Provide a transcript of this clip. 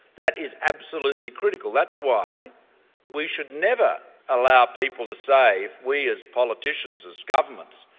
that is absolutely critical. that's why we should never allow people to say, we as politicians, as governments,